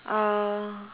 uh